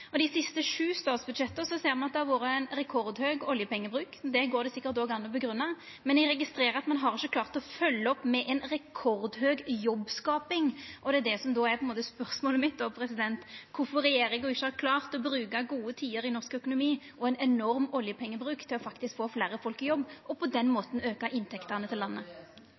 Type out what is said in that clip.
I dei siste sju statsbudsjetta ser me at det har vore ein rekordhøg oljepengebruk. Det går det sikkert også an å grunngje, men eg registrerer at ein har ikkje klart å følgja opp med ei rekordhøg jobbskaping, og det er det som er spørsmålet mitt: Kvifor har ikkje regjeringa klart å bruka gode tider i norsk økonomi og ein enorm oljepengebruk til å få fleire folk i jobb, og på den måten auka inntektene til landet?